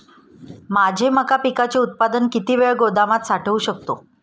माझे मका पिकाचे उत्पादन किती वेळ गोदामात साठवू शकतो?